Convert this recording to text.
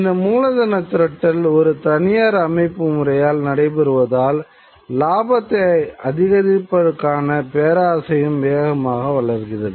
இந்த மூலதனத் திரட்டல் ஒரு தனியார் அமைப்புமுறையால் நடைபெறுவதால் இலாபத்தை அதிகரிப்பதற்கான பேராசையும் வேகமாக வளர்கிறது